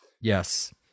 Yes